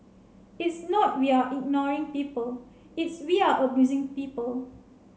it's not we're ignoring people it's we're abusing people